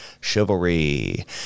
Chivalry